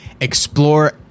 explore